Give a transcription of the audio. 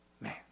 Man